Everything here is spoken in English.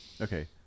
okay